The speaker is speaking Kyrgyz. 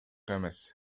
эмес